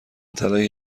طلای